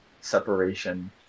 separation